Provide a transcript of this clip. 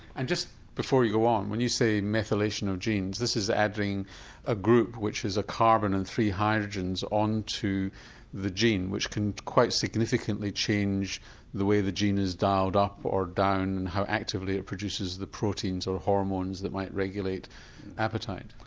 and just before you go on when you say methylation of genes, this is adding a group which is a carbon and three hydrogens onto the gene which can quite significantly change the way the gene is dialled up or down and how actively it produces the proteins or hormones that might regulate appetite?